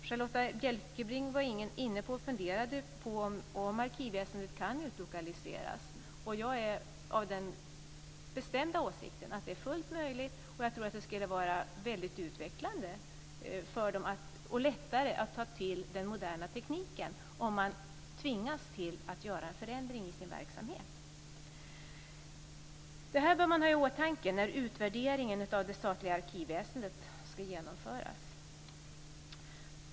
Charlotta Bjälkebring var inne på en fundering om ifall arkivväsendet kan utlokaliseras. Jag är av den bestämda åsikten att det är fullt möjligt. Jag tror att det skulle vara utvecklande och lättare att ta till sig den moderna tekniken om man tvingades att göra en förändring i sin verksamhet. Detta bör man ha i åtanke när utvärderingen av det statliga arkivväsendet ska genomföras.